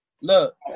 Look